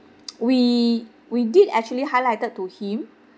we we did actually highlighted to him